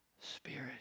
spirit